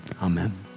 Amen